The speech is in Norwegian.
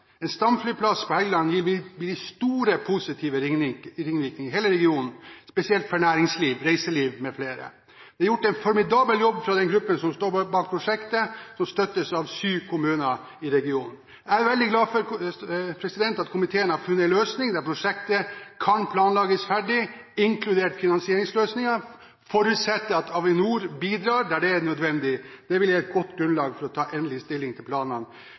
En stamflyplass på Helgeland vil gi store positive ringvirkninger i hele regionen, spesielt for næringsliv, reiseliv m.fl. Det er gjort en formidabel jobb av den gruppen som står bak prosjektet, som støttes av sju kommuner i regionen. Jeg er veldig glad for at komiteen har funnet en løsning der prosjektet kan planlegges ferdig, inkludert finansieringsløsningen, forutsatt at Avinor bidrar der det er nødvendig. Det vil gi et godt grunnlag for å ta endelig stilling til planene